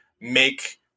make